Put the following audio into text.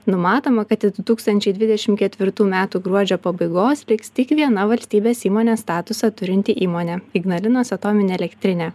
numatoma kad du tūkstančiai dvidešim ketvirtų metų gruodžio pabaigos liks tik viena valstybės įmonės statusą turinti įmonė ignalinos atominė elektrinė